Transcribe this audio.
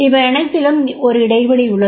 இவையனைத்திலும் ஒரு இடைவெளி உள்ளது